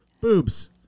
Boobs